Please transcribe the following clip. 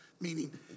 meaning